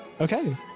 okay